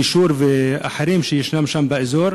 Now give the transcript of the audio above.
כישור ואחרים, שיש שם באזור.